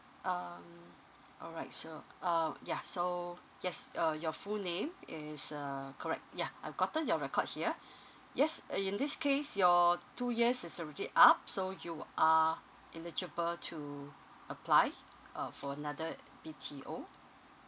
um alright so um yeah so yes uh your full name is uh correct yeah I've gotten your record here yes in this case your two years is already up so you wo~ uh eligible to apply uh for another B_T_O